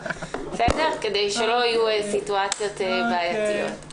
כדי שלא יהיו סיטואציות בעייתיות.